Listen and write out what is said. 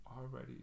already